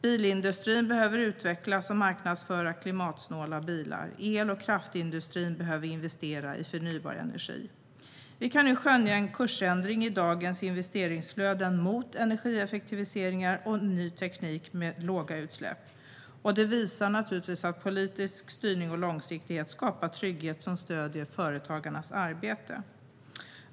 Bilindustrin behöver utvecklas och marknadsföra klimatsnåla bilar. El och kraftindustrin behöver investera i förnybar energi. Vi kan nu skönja en kursändring i dagens investeringsflöden i riktning mot energieffektiviseringar och ny teknik med låga utsläpp. Detta visar att politisk styrning och långsiktighet skapar trygghet som stöder företagarnas arbete.